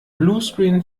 bluescreen